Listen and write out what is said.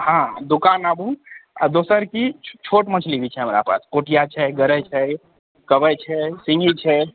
हँ दुकान आबु आ दोसर की छोट मछली भी छै हमरा पास कोटिया छै गरइ छै कबइ छै सिङ्गही छै